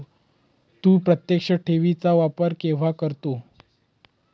तू प्रत्यक्ष ठेवी चा वापर केव्हा करतो?